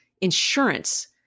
insurance